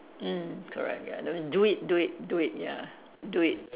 mm correct ya that means do it do it do it ya do it